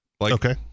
Okay